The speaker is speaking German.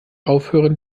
aufhören